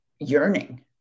yearning